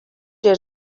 جـر